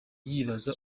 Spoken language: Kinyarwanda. yibaza